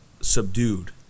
subdued